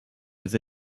was